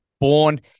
born